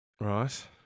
Right